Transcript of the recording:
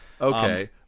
Okay